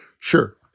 sure